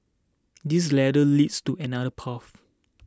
this ladder leads to another path